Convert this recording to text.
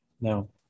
No